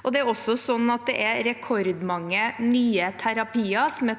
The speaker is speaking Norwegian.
Det er også sånn at det er rekordmange nye terapier som er tatt